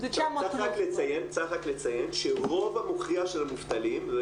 צריך לציין שרוב המכריע של המובטלים,